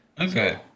Okay